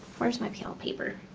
where's my palette paper?